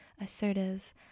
assertive